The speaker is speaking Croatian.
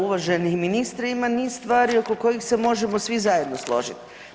Uvaženi ministre, ima niz stvari oko kojih se možemo svi zajedno složit.